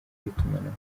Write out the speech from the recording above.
y’itumanaho